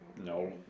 No